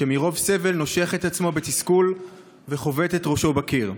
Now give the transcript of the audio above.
שמרוב סובל נושך את עצמו בתסכול וחובט את ראשו בקיר.